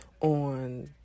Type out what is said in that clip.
On